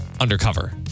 undercover